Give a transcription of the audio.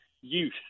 youth